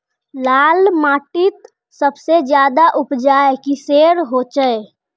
लाल माटित सबसे ज्यादा उपजाऊ किसेर होचए?